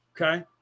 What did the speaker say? Okay